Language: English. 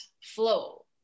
flow